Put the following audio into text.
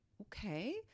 okay